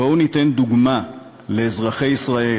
בואו ניתן דוגמה לאזרחי ישראל,